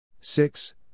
six